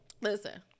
Listen